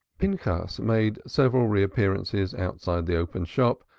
pinchas made several reappearances outside the open shop,